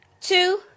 two